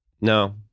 no